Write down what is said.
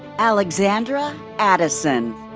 alexandra addison.